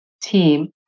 team